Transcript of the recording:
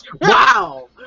Wow